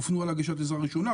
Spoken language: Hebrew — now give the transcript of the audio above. אופנוע להגשת עזרה ראשונה,